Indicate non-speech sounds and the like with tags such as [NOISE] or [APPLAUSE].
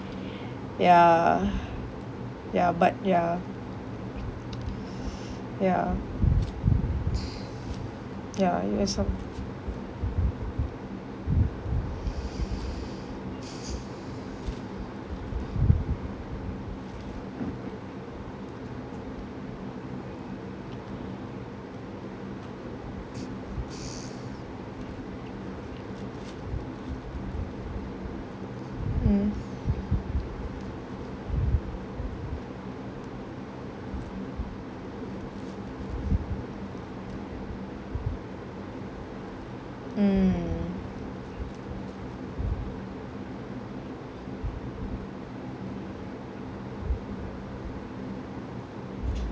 ya ya but ya [NOISE] ya [NOISE] ya you have some [NOISE] mm mm